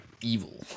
evil